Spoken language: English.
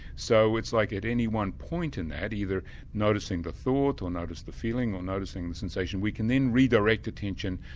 so it's like at any one point in that, either noticing the thought or noticing the feeling or noticing the sensation, we can then redirect attention.